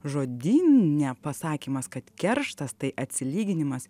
žodyne pasakymas kad kerštas tai atsilyginimas